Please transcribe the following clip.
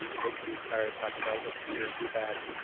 yeah that you started talking about with peer feedback.